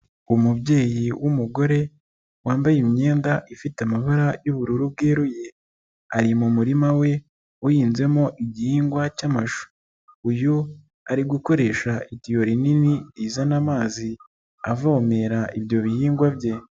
Umubyeyi w'umugore wambaye imyenda ifite amabara y'ubururu bweruye, ari mu murima we uhinzemo igihingwa cy'amashu, uyu ari gukoresha itiyo rinini rizana amazi, avomera ibyo bihingwa bye.